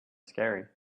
scary